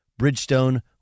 Bridgestone